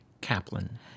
Kaplan